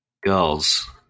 girls